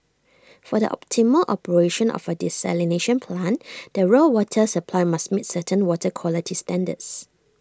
for the optimal operation of A desalination plant the raw water supply must meet certain water quality standards